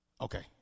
Okay